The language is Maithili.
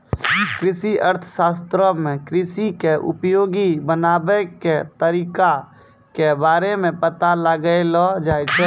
कृषि अर्थशास्त्रो मे कृषि के उपयोगी बनाबै के तरिका के बारे मे पता लगैलो जाय छै